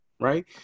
Right